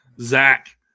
Zach